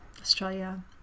australia